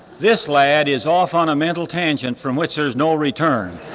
this lad is off on a mental tangent from which there's no return.